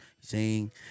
sing